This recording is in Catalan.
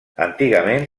antigament